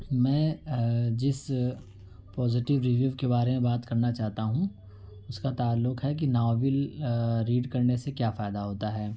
میں جس positive review کے بارے میں بات کرنا چاہتا ہوں اس کا تعلق ہے کہ ناول ریڈ کرنے سے کیا فائدہ ہوتا ہے